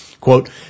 Quote